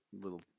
little